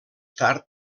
tard